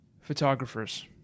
Photographers